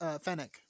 Fennec